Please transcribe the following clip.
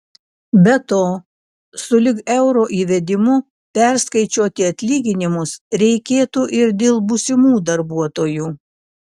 be to sulig euro įvedimu perskaičiuoti atlyginimus reikėtų ir dėl būsimų darbuotojų